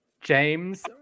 James